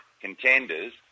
contenders